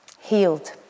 healed